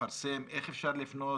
לפרסם איך אפשר לפנות,